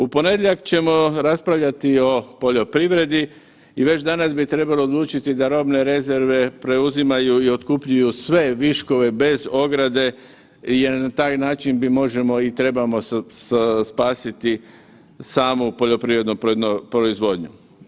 U ponedjeljak ćemo raspravljati o poljoprivredi i već danas bi trebalo odlučiti da robne rezerve preuzimaju i otkupljuju sve viškove bez ograde jer na taj način bi možemo i trebamo spasiti samu poljoprivrednu proizvodnju.